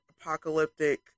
apocalyptic